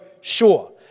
sure